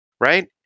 Right